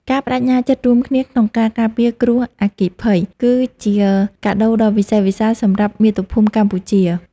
ការប្តេជ្ញាចិត្តរួមគ្នាក្នុងការការពារគ្រោះអគ្គិភ័យ គឺជាកាដូដ៏វិសេសវិសាលសម្រាប់មាតុភូមិកម្ពុជា។